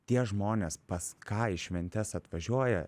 tie žmonės pas ką į šventes atvažiuoja